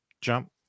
jump